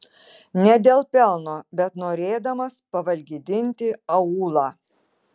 ne dėl pelno bet norėdamas pavalgydinti aūlą